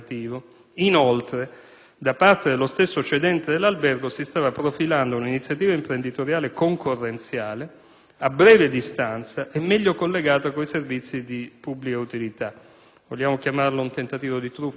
Inoltre, da parte dello stesso cedente dell'albergo si stava profilando un'iniziativa imprenditoriale concorrenziale a breve distanza e meglio collegata con i servizi di pubblica utilità. Vogliamo chiamarlo un tentativo di truffa?